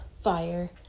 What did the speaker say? Fire